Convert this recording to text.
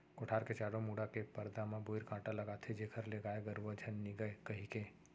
कोठार के चारों मुड़ा के परदा म बोइर कांटा लगाथें जेखर ले गाय गरुवा झन निगय कहिके